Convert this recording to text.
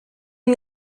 you